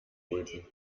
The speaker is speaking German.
brüten